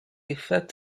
effect